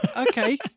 Okay